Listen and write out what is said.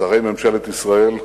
שרי ממשלת ישראל,